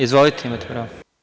Izvolite, imate pravo.